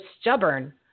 stubborn